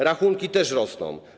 Rachunki też rosną.